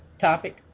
topic